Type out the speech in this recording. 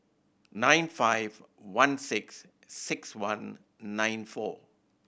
nine five one six six one nine four